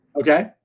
Okay